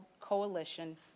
coalition